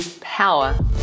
power